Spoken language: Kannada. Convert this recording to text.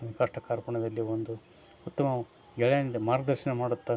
ಕಷ್ಟ ಕಾರ್ಪಣ್ಯದಲ್ಲಿ ಒಂದು ಉತ್ತಮ ಗೆಳೆಂಡ್ ಮಾರ್ಗದರ್ಶನ ಮಾಡುತ್ತಾ